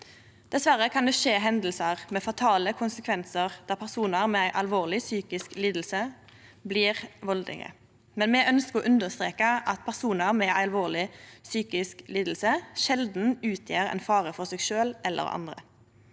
Dessverre kan det skje hendingar med fatale konsekvensar der personar med alvorleg psykisk liding blir valdelege, men me ønskjer å understreke at personar med alvorleg psykisk liding sjeldan utgjer ein fare for seg sjølv eller andre.